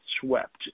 swept